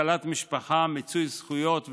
כלכלת משפחה, מיצוי זכויות ועוד.